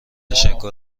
تشکر